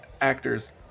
actors